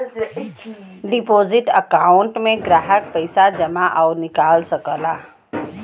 deposit account में ग्राहक पइसा जमा आउर निकाल सकला